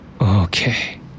Okay